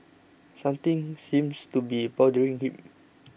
something seems to be bothering him